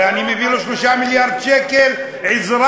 הרי אני מביא לו 3 מיליון שקל עזרה,